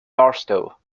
barstow